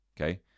Okay